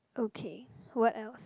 okay what else